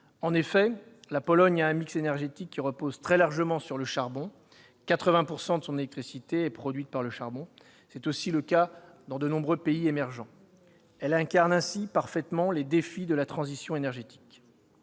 En effet, la Pologne a un mix énergétique qui repose très largement sur le charbon, puisque 80 % de son électricité en provient. C'est aussi le cas dans de nombreux pays émergents. Cette ville incarne ainsi parfaitement les défis de la transition énergétique.